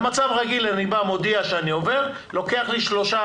במצב רגיל אני מודיע שאני עובר לוקח לי שלושה,